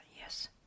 yes